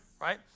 right